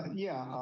ah yeah.